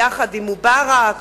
יחד עם מובארק,